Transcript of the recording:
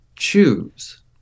choose